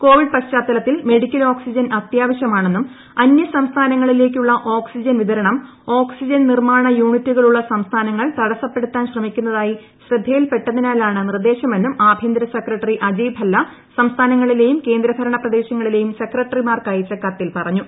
Covid പശ്ചാത്തലത്തിൽ medical oxygen അത്യാവശ്യമാണെന്നും അന്യസംസ്ഥാനങ്ങളിലേക്കുള്ള ഓക്സിജൻ വിതരണം ഓക്സിജൻ നിർമാണ യൂണിറ്റുകൾ ഉള്ള സംസ്ഥാനങ്ങൾ തടസപ്പെടുത്താൻ ശ്രമിക്കുന്നതായി ശ്രദ്ധയിൽപെട്ടതിനാലാണ് നിർദ്ദേശ്മെന്നും ആഭ്യന്തര സെക്രട്ടറി അജയ്ഭല്ല സംസ്ഥാനങ്ങളിലേയും കേന്ദ്രഭരണ പ്രദേശങ്ങളിലേയും സെക്രട്ടറി മാർക്കയച്ച കത്തിൽ പറഞ്ഞു